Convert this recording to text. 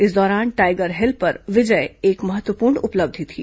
इस दौरान Tiger Hill पर विजय एक महत्वपूर्ण उपलब्धि थी